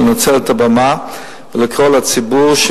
לנצל את הבמה ולקרוא לציבור,